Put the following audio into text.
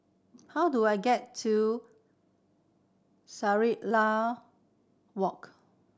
how do I get to Shangri La Walk